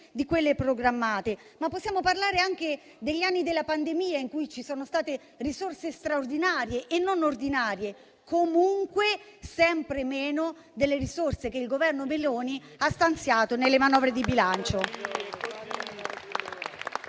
di quelle programmate. Possiamo parlare anche degli anni della pandemia, in cui ci sono state risorse straordinarie e non ordinarie, ma comunque sempre meno delle risorse che il Governo Meloni ha stanziato nelle manovre di bilancio.